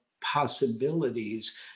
possibilities